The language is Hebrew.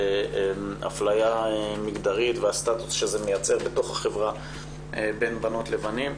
ואפליה מגדרית והסטטוס שזה מייצר בתוך החברה בין בנות לבנים.